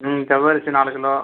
ம் ஜவ்வரிசி நாலு கிலோ